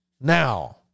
Now